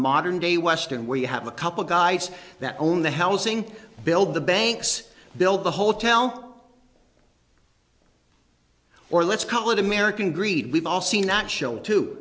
modern day western where you have a couple guys that own the housing build the banks build the hotel or let's call it american greed we've all seen that show too